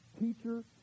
teacher